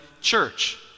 church